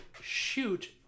shoot